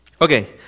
okay